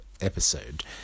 episode